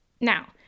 Now